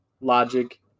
Logic